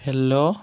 hello